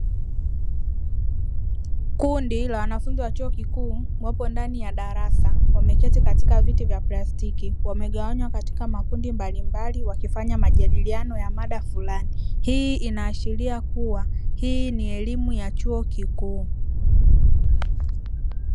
Kundi la wanafunzi wa chuo kikuu wapo ndani ya darasa wameketi katika viti vya plastiki wamegawanywa katika makundi mbalimbali wakifanya majadiliano ya mada fulani, hii inaashiria kuwa hii ni elimu ya chuo kikuu.